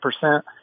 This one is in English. percent